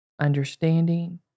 understanding